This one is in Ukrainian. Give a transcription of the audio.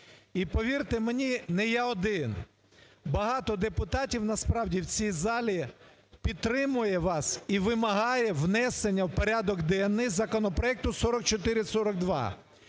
І, повірте мені, не я один. Багато депутатів насправді в цій залі підтримує вас і вимагає внесення в порядок денний законопроекту 4442.